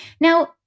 Now